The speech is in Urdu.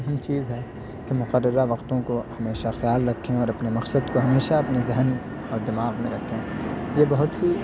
اہم چیز ہے کہ مقررہ وقتوں کو ہمیشہ خیال رکھیں اور اپنے مقصد کو ہمیشہ اپنے ذہن اور دماغ میں رکھیں یہ بہت ہی